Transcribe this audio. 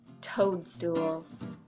Toadstools